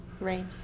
Right